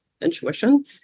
intuition